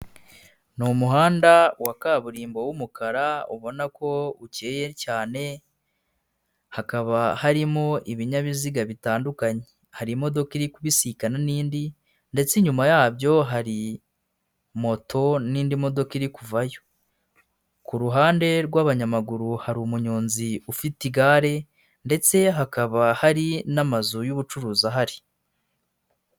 Ni umuhanda wa kaburimbo w'umukara, ubona ko ukeye cyane, hakaba harimo ibinyabiziga bitandukanye, hari imodoka iri kubisikana n'indi, ndetse inyuma yabyo hari moto, n'indi modoka iri kuvayo. Ku ruhande rw'abanyamaguru hari umunyonzi ufite igare, ndetse hakaba hari n'amazu y'ubucuruzi ahari.